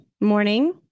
morning